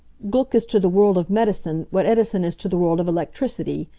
gluck is to the world of medicine what edison is to the world of electricity.